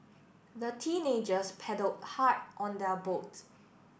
the teenagers paddle hard on their boat